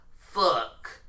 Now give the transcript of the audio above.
fuck